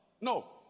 no